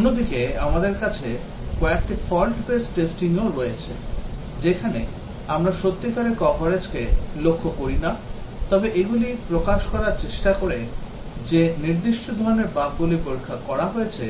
অন্যদিকে আমাদের কাছে কয়েকটি fault based testing ও রয়েছে যেখানে আমরা সত্যিকারের কভারেজকে লক্ষ্য করি না তবে এগুলি প্রকাশ করার চেষ্টা করে যে নির্দিষ্ট ধরণের বাগগুলি পরীক্ষা করা হয়েছে